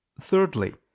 thirdly